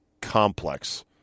complex